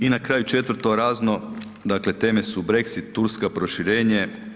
I na kraju četvrto, razno, dakle teme su Brexit, Turska, proširenje.